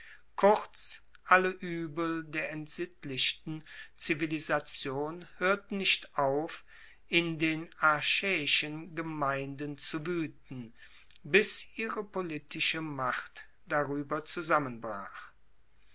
kurz alle uebel der entsittlichten zivilisation hoerten nicht auf in den achaeischen gemeinden zu wueten bis ihre politische macht darueber zusammenbrach